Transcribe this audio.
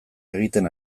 egiten